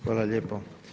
Hvala lijepo.